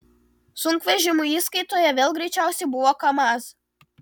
sunkvežimių įskaitoje vėl greičiausi buvo kamaz